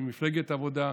ממפלגת עבודה,